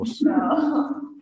No